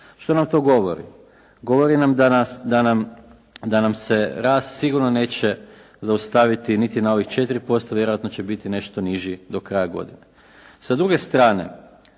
Što nam to govori? Govori nam da nam se rast sigurno neće zaustaviti niti na ovih 4%, vjerojatno će biti nešto niži do kraja godine.